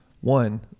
One